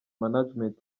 management